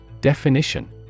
Definition